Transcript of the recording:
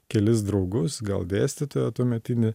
kelis draugus gal dėstytoją tuometinį